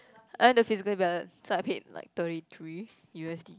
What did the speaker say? I went to physically ballot so I paid like thirty three U_S_D